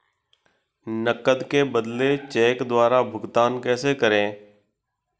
नकद के बदले चेक द्वारा भुगतान कैसे करें?